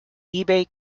ebay